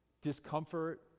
discomfort